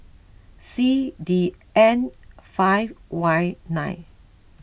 C D N five Y nine